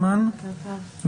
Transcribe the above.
הוא חשוב לתקופות הבאות,